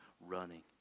running